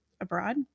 abroad